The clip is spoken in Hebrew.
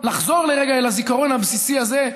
לחזור לרגע אל הזיכרון בסיסי הזה,